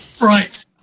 Right